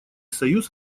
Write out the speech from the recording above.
союз